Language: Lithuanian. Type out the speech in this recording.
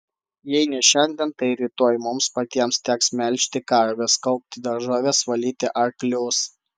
jei ne šiandien tai rytoj mums patiems teks melžti karves kaupti daržoves valyti arklius